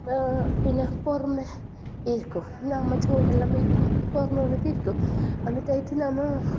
പിന്നെ പുറമെ ഇരിക്കും നമ്മൾ ചോറെല്ലാം ബെക്കുമ്പോൾ പുറമെ വന്നിട്ട് ഇരിക്കും എന്നിട്ട് ആയിട്ട് നമ്മോ